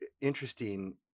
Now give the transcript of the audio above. interesting